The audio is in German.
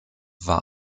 war